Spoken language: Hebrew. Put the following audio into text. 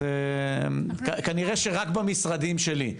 כנראה שרק במשרדים שלי.